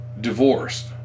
divorced